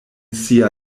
sia